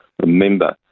remember